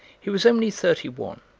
he was only thirty one,